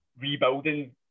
rebuilding